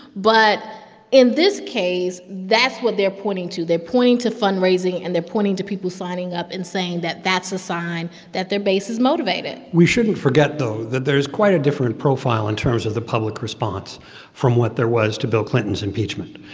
but in this case, that's what they're pointing to. they're pointing to fundraising, and they're pointing to people signing up and saying that that's a sign that their base is motivated we shouldn't forget, that there is quite a different profile in terms of the public response from what there was to bill clinton's impeachment.